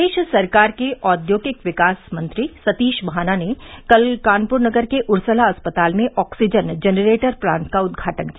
प्रदेश सरकार के औद्योगिक विकास मंत्री सतीश महाना ने कल कानपुर नगर के उर्सला अस्पताल में ऑक्सीजन जेनरेटर प्लांट का उद्घाटन किया